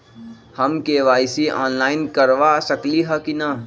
हम KYC online करवा सकली ह कि न?